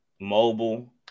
mobile